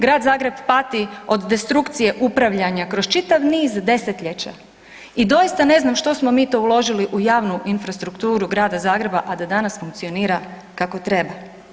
Grad Zagreb pati od destrukcije upravljanja kroz čitav niz desetljeća i doista ne znam što smo mi to uložili u javnu infrastrukturu grada Zagreba, a da danas funkcionira kako treba.